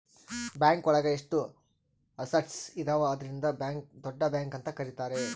bank ಒಳಗ ಎಷ್ಟು assets ಇದಾವ ಅದ್ರಿಂದ ದೊಡ್ಡ ಬ್ಯಾಂಕ್ ಅಂತ ಕರೀತಾರೆ